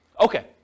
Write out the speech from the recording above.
Okay